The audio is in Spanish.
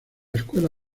escuela